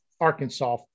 Arkansas